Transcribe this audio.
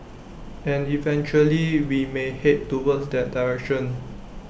and eventually we may Head towards that direction